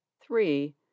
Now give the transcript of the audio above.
Three